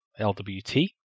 LWT